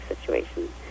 situation